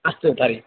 अस्तु तर्हि